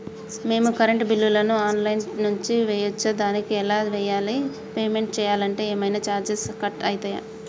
మేము కరెంటు బిల్లును online నుంచి చేయచ్చా? దానికి ఎలా చేయాలి? పేమెంట్ చేయాలంటే ఏమైనా చార్జెస్ కట్ అయితయా?